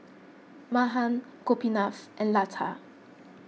Mahan Gopinath and Lata